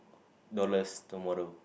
dollars tomorrow